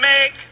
make